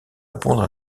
répondre